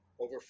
Over